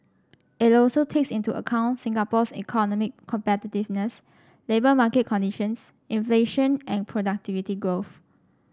it also takes into account Singapore's economic competitiveness labour market conditions inflation and productivity growth